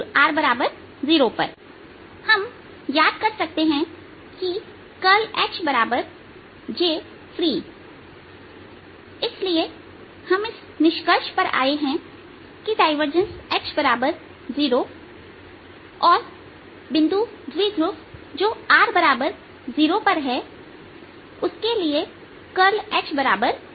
0 से दूरr0 से दूर हम याद कर सकते है कि करल HJfreeइसलिए हम इस निष्कर्ष पर आए है कि डायवर्जेंस H0 और बिंदु द्विध्रुव जो r0 पर है उसके लिए करल H0 है